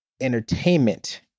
Entertainment